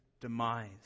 demise